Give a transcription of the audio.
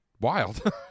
wild